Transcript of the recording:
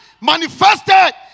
manifested